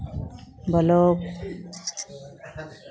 block